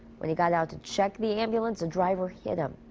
when he got out to check the ambulance, a driver hit him.